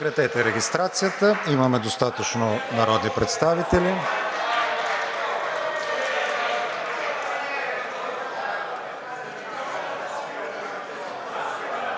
Прекратете регистрацията! Имаме достатъчно народни представители.